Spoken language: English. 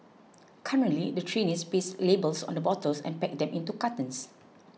currently the trainees paste labels on the bottles and pack them into cartons